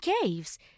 caves